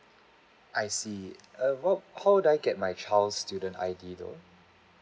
I see err how how would I get my child student I_D though